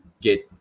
get